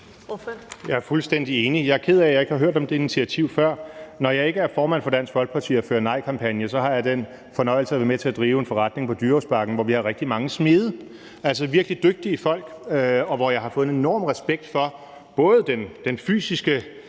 Jeg er fuldstændig enig. Jeg er ked af, at jeg ikke har hørt om det initiativ før. Når jeg ikke er formand for Dansk Folkeparti og fører nejkampagne, har jeg den fornøjelse at være med til at drive en forretning på Dyrehavsbakken, hvor vi har rigtig mange smede, virkelig dygtige folk, og hvor jeg har fået en enorm respekt for både den fysiske